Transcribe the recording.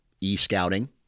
e-scouting